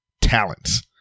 talents